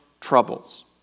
troubles